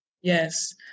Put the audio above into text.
Yes